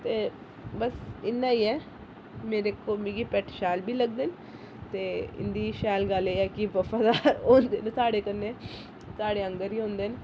ते बस इन्ना ही ऐ मेरे मिगी पैट शैल बी लगदे न ते इं'दी शैल गल्ल एह् ऐ कि बफादार होंदे न स्हाड़े कन्नै स्हाड़े आंह्गर ही होंदे न